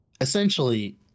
Essentially